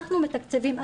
אנחנו מתקצבים,